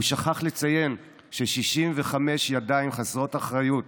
הוא שכח לציין ש-65 ידיים חסרות אחריות